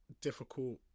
difficult